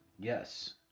Yes